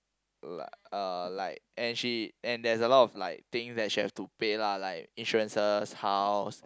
like uh like and she and there's a lot of like things that she have to pay lah like insurances house